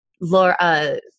Laura